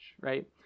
right